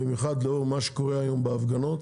במיוחד לאור מה שקורה היום בהפגנות